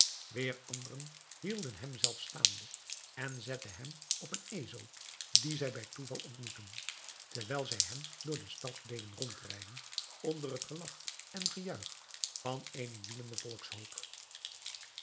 weêr anderen hielden hem zelfs staande en zetten hem op een ezel dien zij bij toeval ontmoetten terwijl zij hem door de stad deden rondrijden onder het gelach en gejuich van